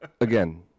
again